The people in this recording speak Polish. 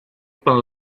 pan